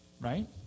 right